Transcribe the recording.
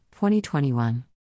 2021